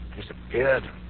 Disappeared